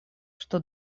что